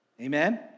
Amen